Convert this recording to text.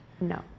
No